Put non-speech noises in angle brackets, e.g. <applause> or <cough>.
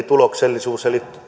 <unintelligible> tuloksellisuus eli